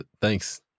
Thanks